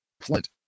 Flint